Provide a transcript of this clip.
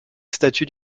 statues